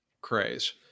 craze